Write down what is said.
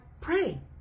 pray